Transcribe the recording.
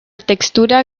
textura